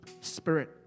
Spirit